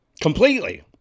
completely